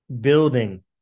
building